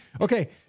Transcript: okay